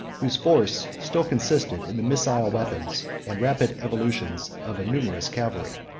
whose force still consisted in the missile weapons, and rapid evolutions, of a numerous cavalry.